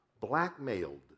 blackmailed